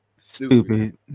Stupid